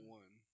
one